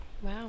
Wow